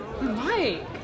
Mike